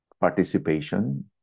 participation